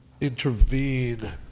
intervene